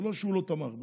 זה לא שהוא לא תמך בזה.